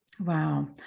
Wow